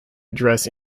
address